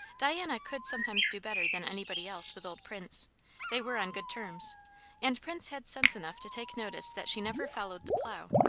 diana could sometimes do better than anybody else with old prince they were on good terms and prince had sense enough to take notice that she never followed the plough,